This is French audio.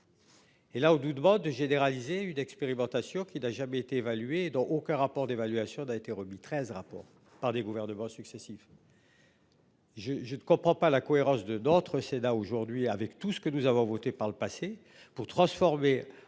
Et là où nous demande de généraliser une expérimentation qui n'a jamais été évaluée dont aucun rapport d'évaluation a été remis 13 rapport par des gouvernements successifs. Je, je ne comprends pas la cohérence de d'autres céda aujourd'hui avec tout ce que nous avons voté par le passé pour transformer.